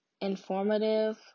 informative